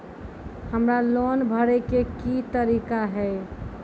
हमरा लोन भरे के की तरीका है?